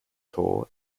tor